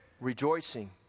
rejoicing